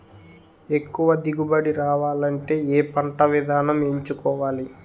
ఎక్కువ దిగుబడి రావాలంటే ఏ పంట విధానం ఎంచుకోవాలి?